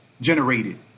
generated